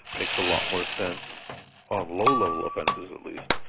makes a lot more sense on low-level offences at least.